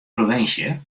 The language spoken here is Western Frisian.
provinsje